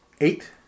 eight